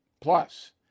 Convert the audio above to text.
Plus